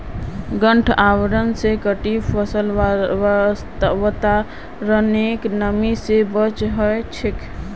गांठ आवरण स कटी फसल वातावरनेर नमी स बचे रह छेक